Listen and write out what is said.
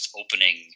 opening